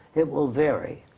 it will vary.